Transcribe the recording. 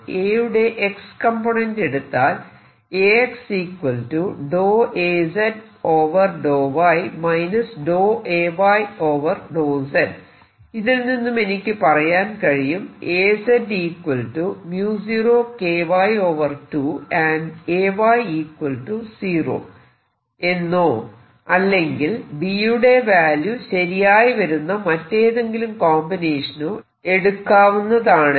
A യുടെ X component എടുത്താൽ ഇതിൽ നിന്നും എനിക്ക് പറയാൻ കഴിയും എന്നോ അല്ലെങ്കിൽ B യുടെ വാല്യൂ ശരിയായി വരുന്ന മറ്റേതെങ്കിലും കോമ്പിനേഷനോ എടുക്കാവുന്നതാണെന്ന്